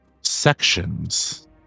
sections